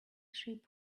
ship